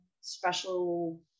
special